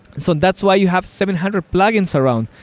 so and that's why you have seven hundred plugins around.